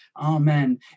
Amen